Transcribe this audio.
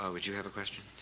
ah would you have a question?